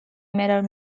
metal